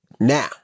Now